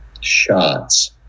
shots